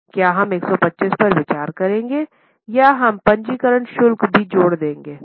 क्या हम 125 पर विचार करेंगे या हम पंजीकरण शुल्क भी जोड़ देंगे